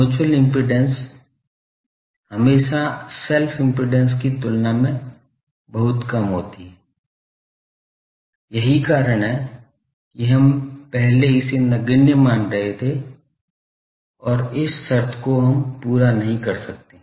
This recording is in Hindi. मुच्यूअल इम्पीडेन्स हमेशा सेल्फ इम्पीडेन्स की तुलना में बहुत कम होती है यही कारण है कि हम पहले इसे नगण्य मान रहे थे और इस शर्त को हम पूरा नहीं कर सकते